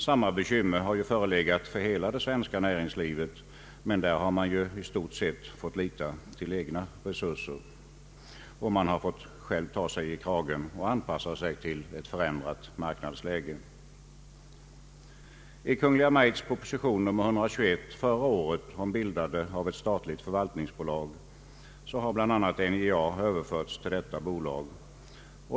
Sam ma bekymmer har ju förelegat för hela det svenska näringslivet, men där har man i stort fått lita till egna resurser och fått ta sig själv i kragen och anpassa sig till det förändrade marknadsläget. I Kungl. Maj:ts proposition 121 förra året om bildandet av ett statligt förvaltningsbolag har bl.a. NJA överförts till detta bolag.